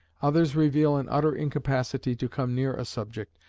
others reveal an utter incapacity to come near a subject,